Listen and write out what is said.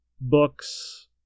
books